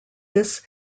this